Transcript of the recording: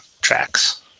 tracks